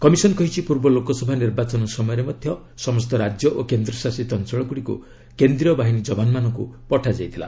commission କହିଛି ପୂର୍ବ ଲୋକସଭା ନିର୍ବାଚନ ସମୟରେ ମଧ୍ୟ ସମସ୍ତ ରାଜ୍ୟ ଓ କେନ୍ଦ୍ରଶାସିତ ଅଞ୍ଚଳଗୁଡ଼ିକୁ କେନ୍ଦ୍ରୀୟ ବାହିନୀ ଯବାନମାନଙ୍କୁ ପଠାଯାଇଥିଲା